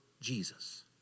Jesus